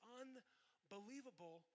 unbelievable